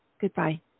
goodbye